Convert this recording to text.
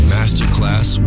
Masterclass